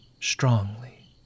strongly